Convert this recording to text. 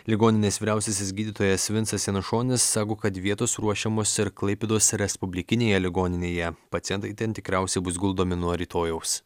ligoninės vyriausiasis gydytojas vincas janušonis sako kad vietos ruošiamos ir klaipėdos respublikinėje ligoninėje pacientai ten tikriausiai bus guldomi nuo rytojaus